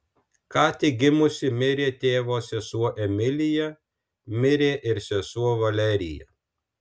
ką tik gimusi mirė tėvo sesuo emilija mirė ir sesuo valerija